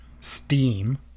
Steam